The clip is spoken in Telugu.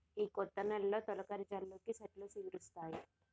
ఈ కొత్త నెలలో తొలకరి జల్లులకి సెట్లు సిగురిస్తాయి